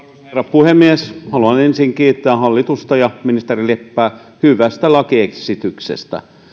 puhemies haluan ensin kiittää hallitusta ja ministeri leppää hyvästä lakiesityksestä